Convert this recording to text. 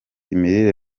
imirire